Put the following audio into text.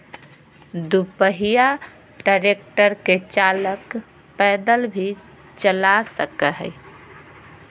दू पहिया ट्रेक्टर के चालक पैदल भी चला सक हई